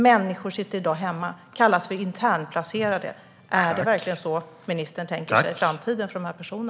Människor sitter i dag hemma och kallas för internplacerade. Är det verkligen på detta sätt som ministern tänker sig framtiden för dessa personer?